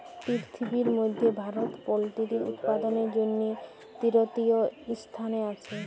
পিরথিবির ম্যধে ভারত পোলটিরি উৎপাদনের জ্যনহে তীরতীয় ইসথানে আসে